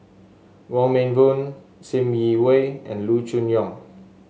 Wong Meng Voon Sim Yi Hui and Loo Choon Yong